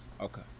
okay